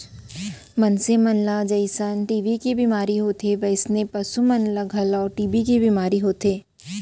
मनसे मन ल जइसन टी.बी के बेमारी होथे वोइसने पसु मन ल घलौ टी.बी के बेमारी होथे